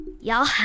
y'all